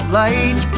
light